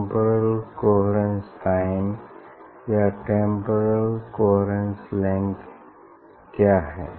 temporal coherence time या temporal coherence length क्या है